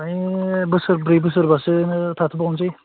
फ्राय बोसोरब्रै बोसोरबासो थाथ'बावनोसै